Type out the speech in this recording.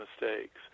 mistakes